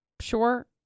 sure